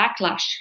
backlash